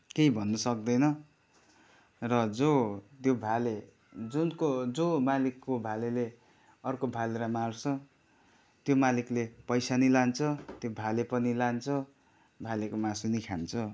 केही भन्न सक्दैन र जो त्यो भाले जुनको जो मालिकको भालेले अर्को भालेलाई मार्छ त्यो मालिकले पैसा पनि लान्छ त्यो भाले पनि लान्छ भालेको मासु पनि खान्छ